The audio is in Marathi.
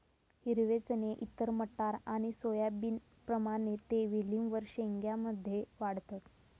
हिरवे चणे इतर मटार आणि सोयाबीनप्रमाणे ते वेलींवर शेंग्या मध्ये वाढतत